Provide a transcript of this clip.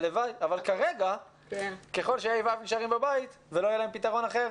אבל כרגע ככל ש-ה' ו' נשארים בבית ולא יהיה להם פתרון אחר,